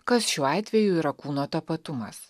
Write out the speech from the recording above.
kas šiuo atveju yra kūno tapatumas